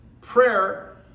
Prayer